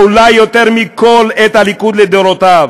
אולי יותר מכול, את הליכוד לדורותיו.